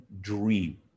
dream